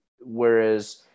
Whereas